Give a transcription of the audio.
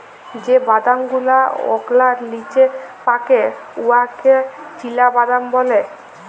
যে বাদাম গুলা ওকলার লিচে পাকে উয়াকে চিলাবাদাম ব্যলে